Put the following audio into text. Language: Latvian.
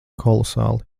kolosāli